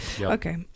Okay